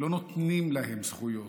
לא נותנים להם זכויות.